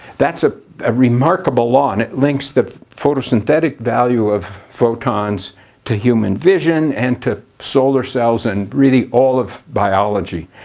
that's a remarkable law, and it links the photosynthetic value of photons to human vision and to solar cells and really all of biology.